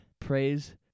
praise